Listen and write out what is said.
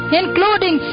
including